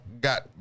got